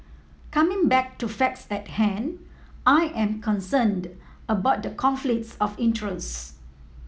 coming back to facts at hand I am concerned about the conflicts of interest